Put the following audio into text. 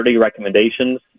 recommendations